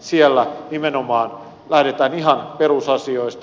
siellä nimenomaan lähdetään ihan perusasioista